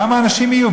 כמה אנשים יהיו.